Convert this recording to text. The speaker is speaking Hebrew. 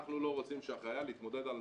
אנחנו לא רוצים שהחייל יתמודד על